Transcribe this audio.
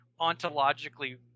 ontologically